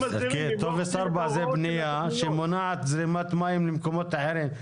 הקשר לטופס 4 זה שזה בנייה שמונעת זרימת מים למקומות אחרים.